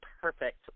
perfect